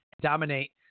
Dominate